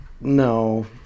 No